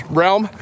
realm